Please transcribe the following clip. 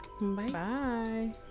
bye